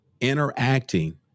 interacting